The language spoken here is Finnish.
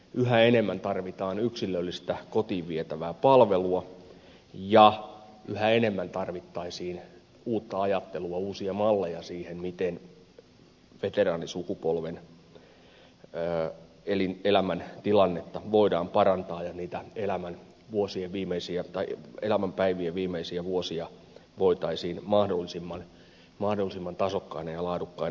yhä enemmän tarvitaan yksilöllistä kotiin vietävää palvelua ja yhä enemmän tarvittaisiin uutta ajattelua uusia malleja siihen miten veteraanisukupolven elämäntilannetta voidaan parantaa ja niitä elämän päivien viimeisiä vuosia voitaisiin mahdollisimman tasokkaina ja laadukkaina ylläpitää